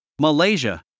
Malaysia